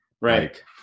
right